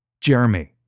Jeremy